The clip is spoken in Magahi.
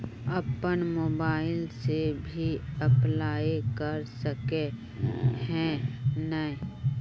अपन मोबाईल से भी अप्लाई कर सके है नय?